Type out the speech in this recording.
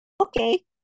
Okay